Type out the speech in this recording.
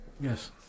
Yes